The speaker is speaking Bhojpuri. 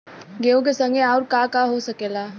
गेहूँ के संगे आऊर का का हो सकेला?